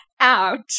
out